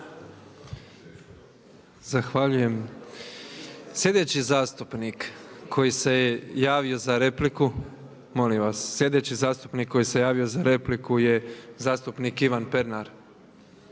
zastupniku. Sljedeći zastupnik koji se javio za repliku je zastupnik Tomislav